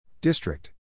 District